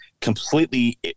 completely